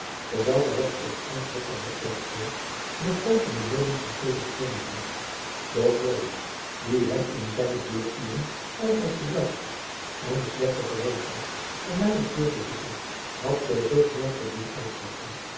dezelve was oorspronkelijk van matwerk geweest met pooten en leuning van stevig greenenhout doch joan die hem in zijne leeruren altijd gebruikte en de slechte gewoonte had van weinig stil te zitten had den rug merkelijk doen uitwijken